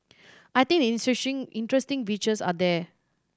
I think the interesting interesting features are there